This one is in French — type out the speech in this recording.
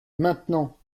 maintenant